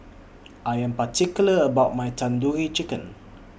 I Am particular about My Tandoori Chicken